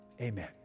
Amen